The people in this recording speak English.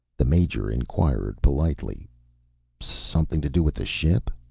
the major inquired politely something to do with the ship?